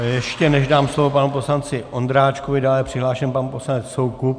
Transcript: Ještě než dám slovo panu poslanci Ondráčkovi, dále je přihlášen pan poslanec Soukup.